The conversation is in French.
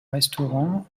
restaurant